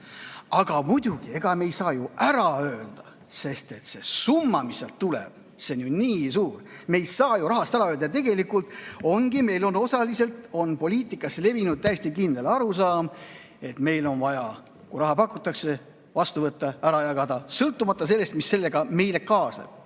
me muidugi ei saa ju ära öelda, sest et summa, mis sealt tuleb, on nii suur. Me ei saa ju rahast ära öelda ja tegelikult ongi nii, et meil on osaliselt poliitikas levinud täiesti kindel arusaam: meil on vaja, kui raha pakutakse, see vastu võtta, ära jagada, sõltumata sellest, mis sellega meile kaasneb,